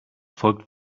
folgt